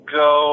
go